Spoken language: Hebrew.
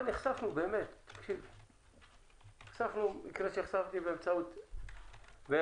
אבל נחשפנו למקרה באמצעות חבר הכנסת פינדרוס,